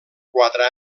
quatre